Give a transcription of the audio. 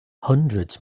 hundreds